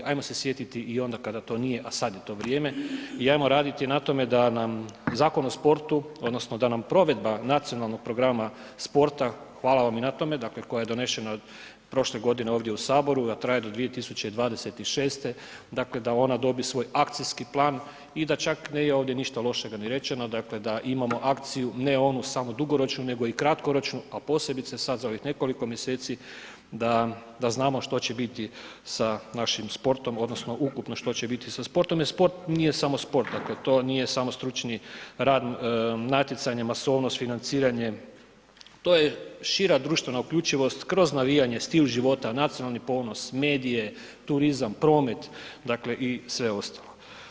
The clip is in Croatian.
Ajmo se sjetiti i onda kada to nije, a sad je to vrijeme i ajmo raditi na tome da nam Zakon o sportu odnosno da nam provedba Nacionalnog programa sporta, hvala vam i na tome, dakle koja je donešena prošle godine u saboru, a traje do 2026., dakle da ona dobi svoj akcijski plan i da čak nije ovdje ništa lošega ni rečeno, dakle da imamo akciju ne onu samo dugoročnu nego i kratkoročnu, a posebice sad za ovih nekoliko mjeseci da, da znamo što će biti sa našim sportom odnosno ukupno što će biti sa sportom jer sport nije samo sport, dakle to nije samo stručni rad natjecanje, masovnost, financiranje, to je šira društvena uključivost kroz navijanje, stil života, nacionalni ponos, medije, turizam, promet, dakle i sve ostalo.